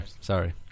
Sorry